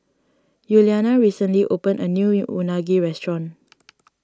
Yuliana recently opened a new Unagi restaurant